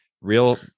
real